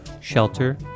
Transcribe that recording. shelter